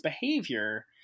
behavior